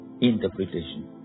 Interpretation